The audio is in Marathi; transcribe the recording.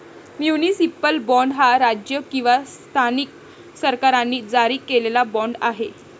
म्युनिसिपल बाँड हा राज्य किंवा स्थानिक सरकारांनी जारी केलेला बाँड आहे